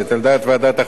על דעת ועדת החוקה,